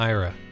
Ira